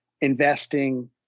investing